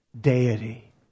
deity